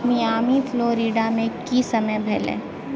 Miami फ्लोरिडामे कि समय भेलैए